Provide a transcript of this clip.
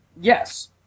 Yes